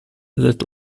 that